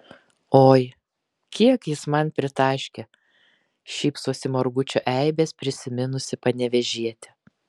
oi kiek jis man pritaškė šypsosi margučio eibes prisiminusi panevėžietė